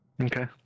Okay